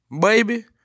baby